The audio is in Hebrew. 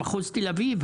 במחוז תל אביב,